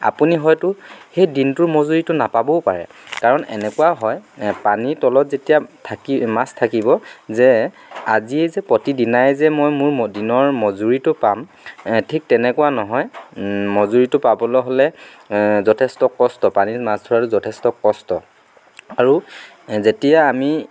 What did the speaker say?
আপুনি হয়তো সেই দিনটোৰ মজুৰীটো নাপাবও পাৰে কাৰণ এনেকুৱা হয় পানীৰ তলত যেতিয়া থাকি মাছ থাকিব যে আজিয়ে যে প্ৰতিদিনাই যে মই মোৰ দিনৰ মজুৰীটো পাম ঠিক তেনেকুৱা নহয় মজুৰীটো পাবলৈ হ'লে যথেষ্ট কষ্ট পানীত মাছ ধৰাতো যথেষ্ট কষ্ট আৰু যেতিয়া আমি